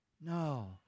No